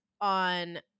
on